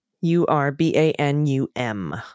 U-R-B-A-N-U-M